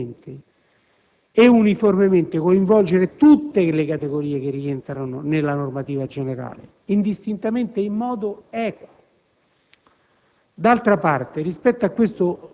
quale principio generale, deve, evidentemente e uniformemente, coinvolgere tutte le categorie che rientrano nella normativa generale, indistintamente ed in modo equo.